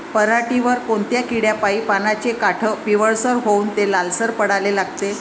पऱ्हाटीवर कोनत्या किड्यापाई पानाचे काठं पिवळसर होऊन ते लालसर पडाले लागते?